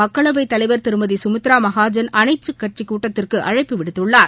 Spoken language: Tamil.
மக்களவைத் தலைவர் திருமதி கமித்ரா மகாஜன் அனைத்துக் கட்சி கூட்டத்திற்கு அழைப்பு விடுத்தள்ளார்